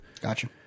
Gotcha